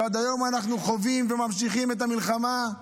ועד היום אנחנו חווים וממשיכים את המלחמה,